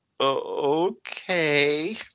okay